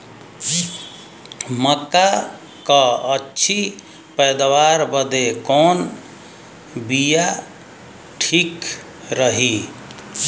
मक्का क अच्छी पैदावार बदे कवन बिया ठीक रही?